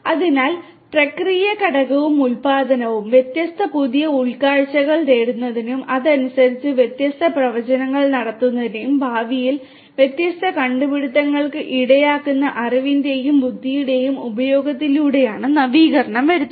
അതിനാൽ പ്രക്രിയ ഘടകവും ഉൽപാദനവും വ്യത്യസ്തമായ പുതിയ ഉൾക്കാഴ്ചകൾ നേടുന്നതിനും അതിനനുസരിച്ച് വ്യത്യസ്ത പ്രവചനങ്ങൾ നടത്തുന്നതിനും ഭാവിയിൽ വ്യത്യസ്ത കണ്ടുപിടുത്തങ്ങൾക്ക് ഇടയാക്കുന്ന അറിവിന്റെയും ബുദ്ധിയുടെയും ഉപയോഗത്തിലൂടെയാണ് നവീകരണം വരുന്നത്